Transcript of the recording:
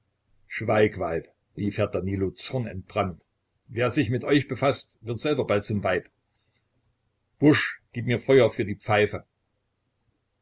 rief herr danilo zornentbrannt wer sich mit euch befaßt wird selber bald zum weib bursch gib mir feuer für die pfeife